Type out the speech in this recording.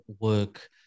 work